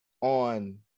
on